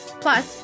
Plus